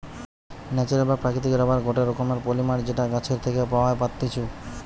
natural বা প্রাকৃতিক rubber গটে রকমের পলিমার যেটা গাছের থেকে পাওয়া পাত্তিছু